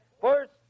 first